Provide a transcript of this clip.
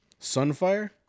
Sunfire